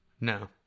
No